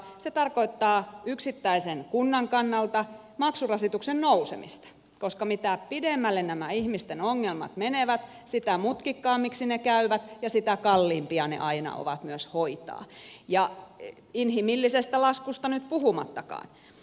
se tarkoittaa yksittäisen kunnan kannalta maksurasituksen nousemista koska mitä pidemmälle nämä ihmisten ongelmat menevät sitä mutkikkaammiksi ne käyvät ja sitä kalliimpia ne aina ovat myös hoitaa inhimillisestä laskusta nyt puhumattakaan